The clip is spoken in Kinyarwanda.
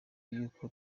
y’uko